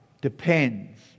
depends